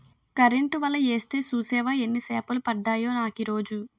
Current వల యేస్తే సూసేవా యెన్ని సేపలు పడ్డాయో నాకీరోజు?